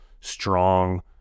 strong